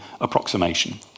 approximation